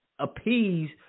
appease